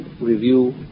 review